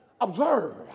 observe